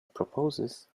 proposes